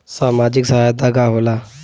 सामाजिक सहायता का होला?